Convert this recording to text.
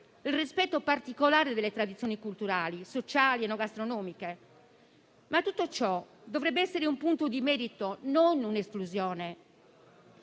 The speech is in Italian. un rispetto particolare per le tradizioni culturali, sociali ed enogastronomiche. Tutto ciò dovrebbe essere però un punto di merito, non un'esclusione: